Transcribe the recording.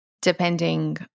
Depending